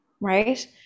right